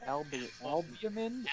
Albumin